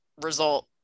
result